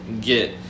get